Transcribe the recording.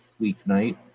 weeknight